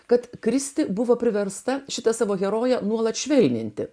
kad kristė buvo priversta šitą savo heroję nuolat švelninti